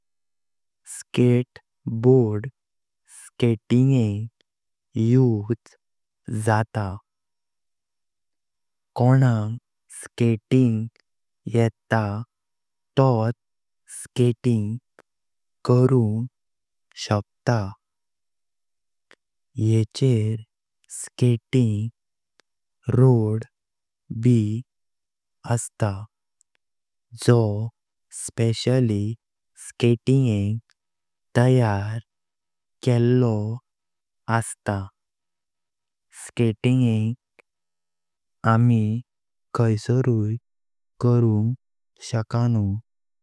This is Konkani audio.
स्केटबोर्ड स्केटिंगेक उस जता। कोणाक स्केटिंग येता तेथ स्केटिंग करून शकता। येचर स्केटिंग रोड ब असता जो स्पेशल्ली स्केटिंगेक तयार केलो असता। स्केटिंग आमक खैसारै करून शकनाव।